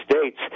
States